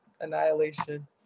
annihilation